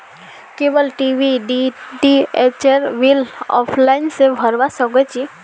cable TV डीटीएचेर bill offline स भरवा सक छी